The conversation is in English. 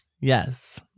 yes